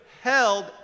held